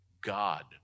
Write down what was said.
God